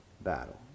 battle